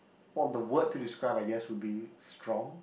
well the word to describe I guess would be strong